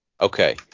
Okay